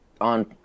on